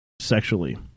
sexually